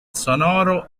sonoro